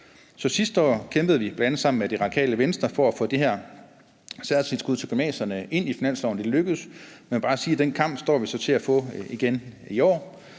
Så sidste år kæmpede vi bl.a. sammen med Radikale Venstre for at få det her særtilskud til gymnasierne ind i finansloven. Det lykkedes, men jeg må bare sige, at den kamp står vi så til at få igen i år.